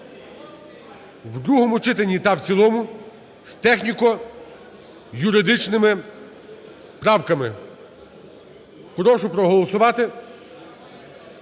в другому читанні та в цілому з техніко-юридичними правками. Прошу проголосувати,